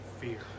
fear